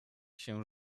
się